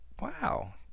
wow